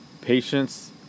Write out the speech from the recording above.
Patience